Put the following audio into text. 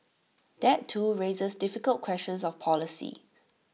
that too raises difficult questions of policy